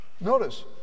Notice